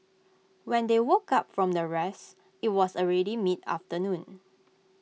when they woke up from their rest IT was already mid afternoon